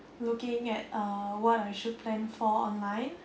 looking at uh what I should plan for online